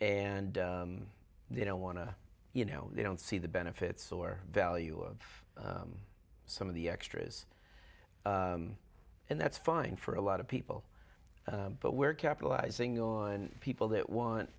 and they don't want to you know they don't see the benefits or value of some of the extras and that's fine for a lot of people but we're capitalizing on people that want